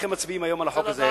איך הם מצביעים היום על החוק הזה.